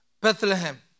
Bethlehem